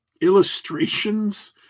illustrations